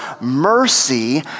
mercy